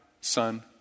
Son